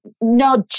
nudge